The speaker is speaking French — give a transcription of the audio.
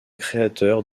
créateur